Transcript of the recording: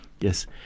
Yes